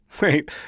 Wait